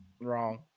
wrong